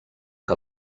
que